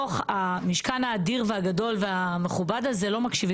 ובחברה עם כל כך הרבה גלגלי שיניים צריך הרבה מאוד שמן,